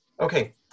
Okay